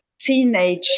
teenage